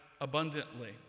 abundantly